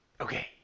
Okay